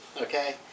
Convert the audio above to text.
okay